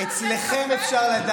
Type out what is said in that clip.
יש לך משרד בבית קפה?